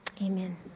Amen